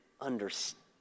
understand